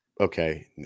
Okay